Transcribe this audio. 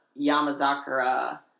Yamazakura